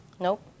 Nope